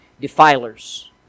Defilers